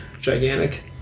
gigantic